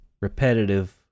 repetitive